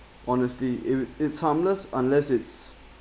honestly if it's harmless unless it's